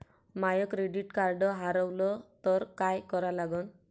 माय credit card हारवलं तर काय करा लागन?